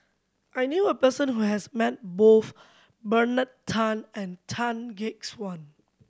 I knew a person who has met both Bernard Tan and Tan Gek Suan